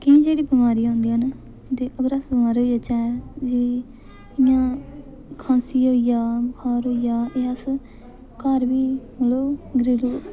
कि जेह्डियां बमारियां औंदियां न ते अगर अस बमार होई जाह्चै जे जि'यां खांसी होई जा जां बुखार होई जा एह् अस घर बी मतलब घरेलू